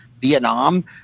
Vietnam